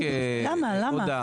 למה למה?